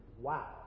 Wow